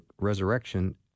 resurrection